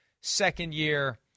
second-year